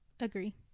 Agree